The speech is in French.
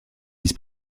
vice